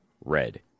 Red